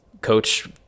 coach